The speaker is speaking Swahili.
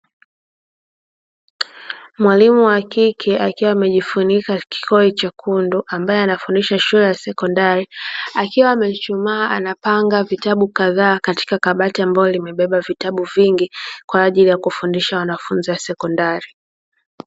Mwalimu wa kike akiwa amejifunika kikoi chekundu, ambaye anafundisha shule ya sekondari akiwa amechuchumaa, anapanga vitabu kadhaa katika kabati ambalo limebeba vitabu vingi kwaajili ya kufundisha wanafunzi wa sekondari.